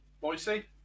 Boise